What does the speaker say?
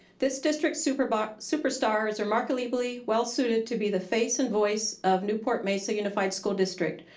this district super but super star is remarkably well suited to be the face and voice of newport-mesa unified school district.